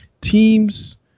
Teams